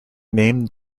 named